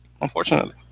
unfortunately